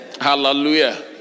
hallelujah